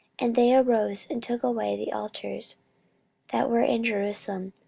and they arose and took away the altars that were in jerusalem,